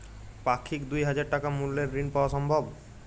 পাক্ষিক দুই হাজার টাকা মূল্যের ঋণ পাওয়া সম্ভব?